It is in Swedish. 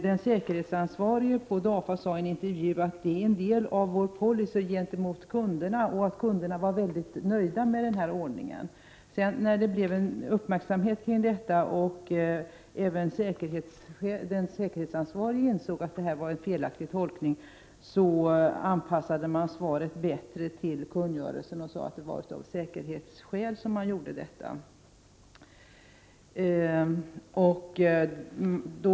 Den säkerhetsansvarige på DAFA sade i en intervju att det var en del i DAFA:s policy gentemot kunderna och att kunderna var mycket nöjda med den ordningen. När detta uttalande väckte uppmärksamhet och den säkerhetsansvarige insåg att det var en Prot. 1988/89:36 felaktig tolkning, anpassade man svaret bättre till kungörelsen och sade att 1 december 1988 det var av säkerhetsskäl som man skyddsklassplacerade tjänsterna. E de E .